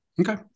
Okay